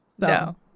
No